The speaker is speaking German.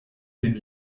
den